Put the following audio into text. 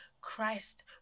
Christ